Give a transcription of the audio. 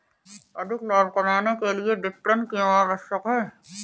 अधिक लाभ कमाने के लिए विपणन क्यो आवश्यक है?